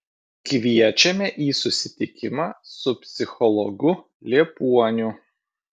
kviečiame į susitikimą su psichologu liepuoniu